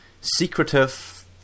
secretive